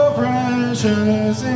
precious